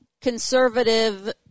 conservative